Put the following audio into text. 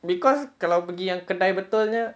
because kalau pergi yang kedai betul punya